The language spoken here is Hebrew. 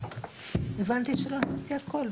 הבנתי שלא עשיתי הכל,